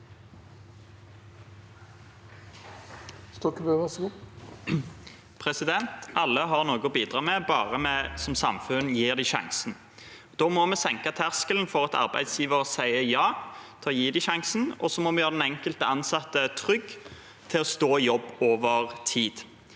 Alle har noe å bidra med, bare vi som samfunn gir dem sjansen. Da må vi senke terskelen for at arbeidsgiver sier ja til å gi dem sjansen, og så må vi gjøre den enkelte ansatte trygg til å stå i jobb over tid.